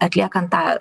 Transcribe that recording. atliekant tą